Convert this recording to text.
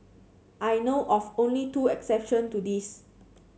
I know of only two exception to this